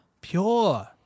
pure